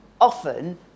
often